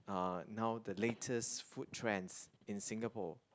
uh now the latest food trends in Singapore